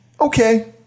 okay